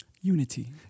unity